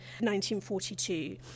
1942